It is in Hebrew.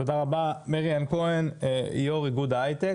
תודה רבה מריאן כהן, יו"ר איגוד ההייטק.